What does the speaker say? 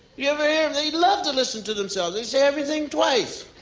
you ever hear em? they love to listen to themselves, they say everything twice.